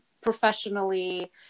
professionally